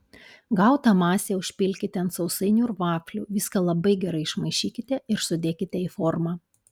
gautą masę užpilkite ant sausainių ir vaflių viską labai gerai išmaišykite ir sudėkite į formą